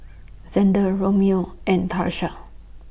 Zander Romeo and Tarsha